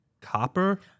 copper